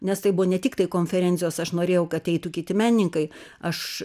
nes tai buvo ne tiktai konferencijos aš norėjau kad eitų kiti menininkai aš